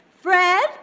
Fred